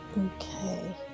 okay